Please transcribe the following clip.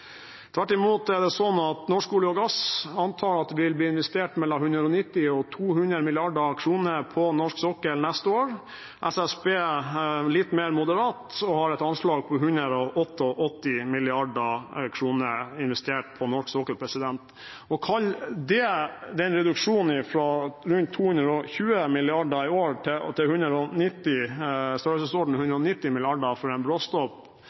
Tvert imot er det sånn at når det gjelder norsk olje og gass, antar jeg at det vil bli investert mellom 190 og 200 mrd. kr på norsk sokkel neste år. SSB er litt mer moderat og har et anslag på 188 mrd. kr investert på norsk sokkel. Å kalle den reduksjonen fra rundt 220 mrd. kr i år til i størrelsesorden 190 mrd. kr for en bråstopp,